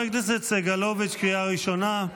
חבר הכנסת סגלוביץ', קריאה ראשונה.